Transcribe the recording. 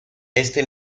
este